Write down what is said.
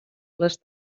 les